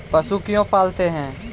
पशु क्यों पालते हैं?